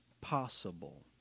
possible